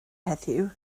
heddiw